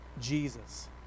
Jesus